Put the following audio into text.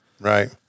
Right